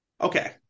Okay